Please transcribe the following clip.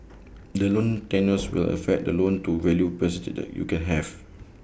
the loan tenures will affect the loan to value percentage that you can have